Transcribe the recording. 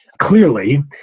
clearly